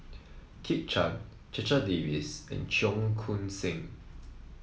Kit Chan Checha Davies and Cheong Koon Seng